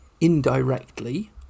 indirectly